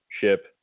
ship